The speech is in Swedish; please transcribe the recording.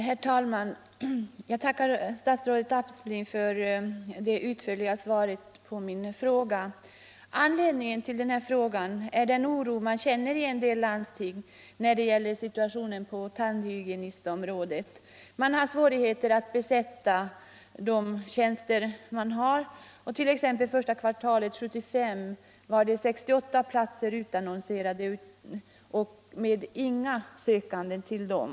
Herr talman! Jag tackar statsrådet Aspling för det utförliga svaret på min fråga. Anledningen till den här frågan är den oro man känner i en del landsting när det gäller situationen på tandhygienistområdet. Man har svårigheter att besätta de tjänster som finns. Första kvartalet 1975, t.ex., var 68 platser utannonserade, men ingen sökande fanns till dem.